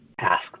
ask